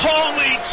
Holy